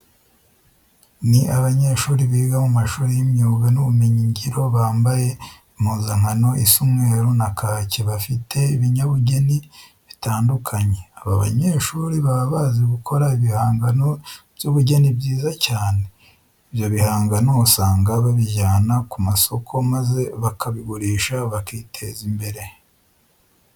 Ni abanyehuri biga mu mashuri y'imyuga n'ubumenyingiro, bambaye impuzankano isa umweru na kake, bafite ibinyabugeni bitandukanye. Aba banyeshuri baba bazi gukora ibihangano by'ubugeni byiza cyane. Ibyo bihangano usanga babijyana ku masoko maze bakabigurisha bakiteza imbrere.